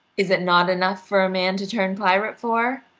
is it not enough for a man to turn pirate for?